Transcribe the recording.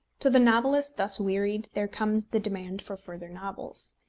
to the novelist thus wearied there comes the demand for further novels.